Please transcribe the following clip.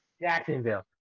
Jacksonville